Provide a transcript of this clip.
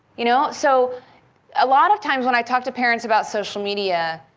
you know so a lot of times, when i talk to parents about social media,